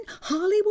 Hollywood